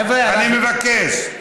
אני מבקש.